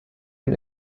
ein